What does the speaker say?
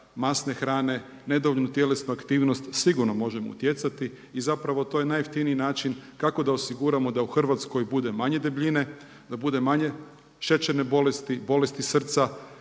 masne hrane, nedovoljnu tjelesnu aktivnost sigurno možemo utjecati, i zapravo to je najjeftiniji način kako da osiguramo da z Hrvatskoj bude manje debljine, da bude manje šećerne bolesti, bolesti srca